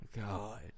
God